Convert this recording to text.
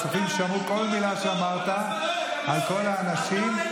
הצופים שמעו כל מילה שאמרת על כל האנשים,